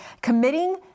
committing